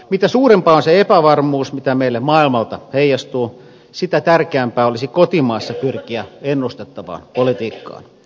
mitä suurempaa on se epävarmuus mitä meille maailmalta heijastuu sitä tärkeämpää olisi kotimaassa pyrkiä ennustettavaan politiikkaan